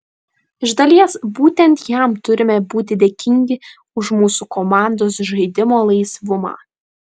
iš dalies būtent jam turime būti dėkingi už mūsų komandos žaidimo laisvumą